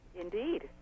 Indeed